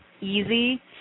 easy